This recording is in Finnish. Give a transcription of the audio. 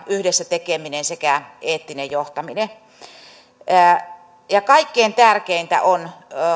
yhdessä tekeminen sekä eettinen johtaminen kaikkein tärkeintä on